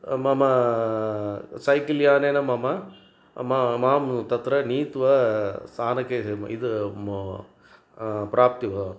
मम सैकल्यानेन मम म मां तत्र नीत्वा स्थानके इद् म प्राप्तवान्